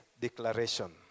declaration